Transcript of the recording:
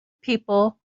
people